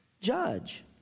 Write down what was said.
judge